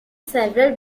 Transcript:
several